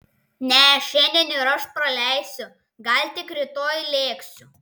ne šiandien ir aš praleisiu gal tik rytoj lėksiu